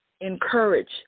encourage